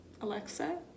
Alexa